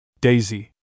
Daisy